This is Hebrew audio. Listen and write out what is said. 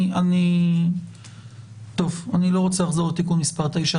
אני לא רוצה לחזור לתיקון מס' 9,